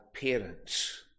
parents